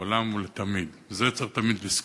לעולם ולתמיד, את זה צריך תמיד לזכור.